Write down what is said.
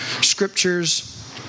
scriptures